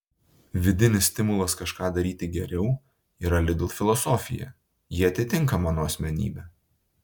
vidinis stimulas kažką daryti geriau yra lidl filosofija ji atitinka mano asmenybę